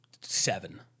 seven